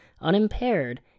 unimpaired